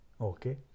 okay